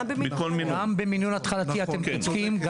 אתם צודקים.